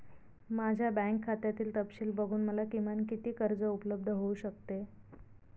माझ्या बँक खात्यातील तपशील बघून मला किमान किती कर्ज उपलब्ध होऊ शकते?